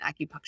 acupuncture